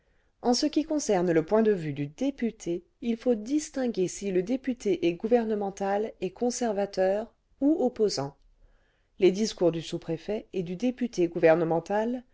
en ce qui concerne le point de suie du député il faut distinguer si ïe député est gouvernemental et conservateur ou opposant les discours du sous-préfet et du député